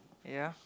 ya